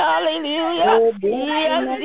Hallelujah